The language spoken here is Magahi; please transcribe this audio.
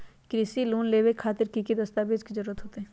कृषि लोन लेबे खातिर की की दस्तावेज के जरूरत होतई?